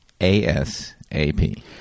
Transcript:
ASAP